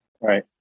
Right